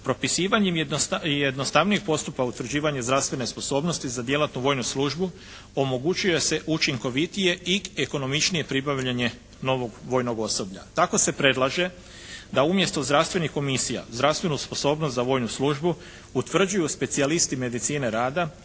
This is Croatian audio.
Propisivanjem jednostavnijeg postupka utvrđivanja zdravstvene sposobnosti za djelatnu vojnu službu omogućuje se učinkovitije i ekonomičnije pribavljanje novog vojnog osoblja. Tako se predlaže da umjesto zdravstvenih komisija zdravstvenu sposobnost za vojnu službu utvrđuju specijalisti medicine rada,